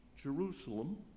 Jerusalem